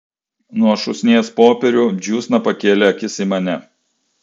nuo šūsnies popierių džiūsna pakėlė akis į mane